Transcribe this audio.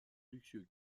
luxueux